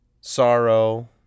sorrow